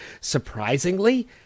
surprisingly